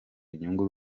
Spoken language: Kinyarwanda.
inyungu